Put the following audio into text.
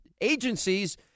agencies –